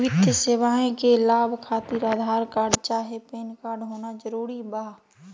वित्तीय सेवाएं का लाभ खातिर आधार कार्ड चाहे पैन कार्ड होना जरूरी बा?